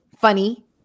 funny